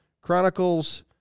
Chronicles